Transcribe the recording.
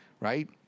right